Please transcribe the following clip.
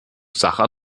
sacher